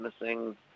missing